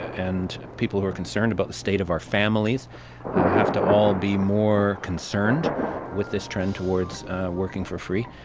and people who are concerned about the state of our families have to all be more concerned with this trend towards working for free,